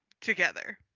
together